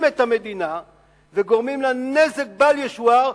את המדינה וגורמים לה נזק בל ישוער,